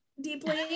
deeply